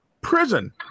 prison